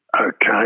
okay